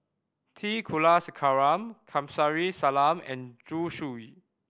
T Kulasekaram Kamsari Salam and Zhu Xu